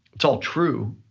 it's all true,